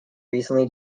recently